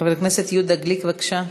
חבר הכנסת יהודה גליק, בבקשה.